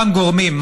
אותם גורמים,